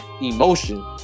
emotion